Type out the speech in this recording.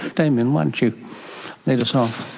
damien, why don't you lead us off?